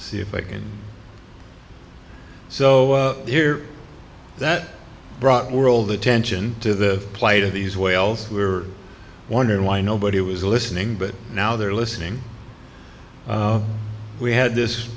see if i can so here that brought world attention to the plight of these whales were wondering why nobody was listening but now they're listening we had this